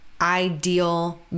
ideal